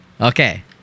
okay